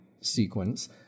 sequence